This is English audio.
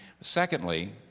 Secondly